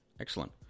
Excellent